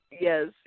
yes